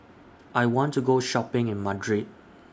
I want to Go Shopping in Madrid